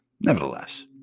Nevertheless